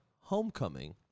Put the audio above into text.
Homecoming